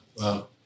Wow